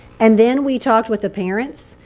and then we talked with the parents.